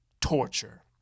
torture